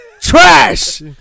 Trash